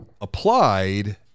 applied